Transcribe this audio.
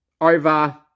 Over